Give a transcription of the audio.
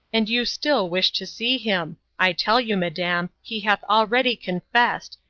and you still wish to see him! i tell you, madam, he hath already confessed,